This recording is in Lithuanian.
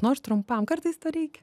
nors trumpam kartais reikia